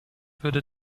würde